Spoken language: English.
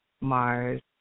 Mars